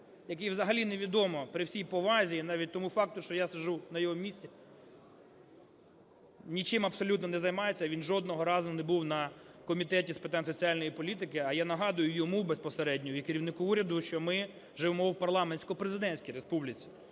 який взагалі невідомо… При всій повазі, і навіть тому факту, що я сиджу на його місці, нічим абсолютно не займається, він жодного разу не був на Комітеті з питань соціальної політики. А я нагадую йому безпосередньо і керівнику уряду, що ми живемо в парламентсько-президентській республіці,